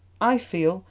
i feel,